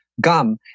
gum